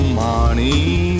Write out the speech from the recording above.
money